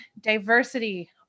diversity